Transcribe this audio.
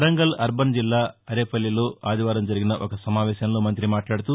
Warangal urban జిల్లా ఆరెపల్లిలో ఆదివారం జరిగిన ఒక సమావేశంలో మంతి మాట్లాడుతూ